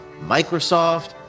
Microsoft